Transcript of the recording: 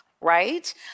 Right